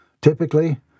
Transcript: Typically